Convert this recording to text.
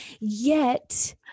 Yet-